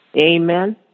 amen